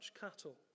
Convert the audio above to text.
cattle